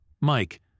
Mike